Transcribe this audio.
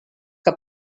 que